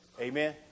Amen